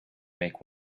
make